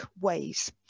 ways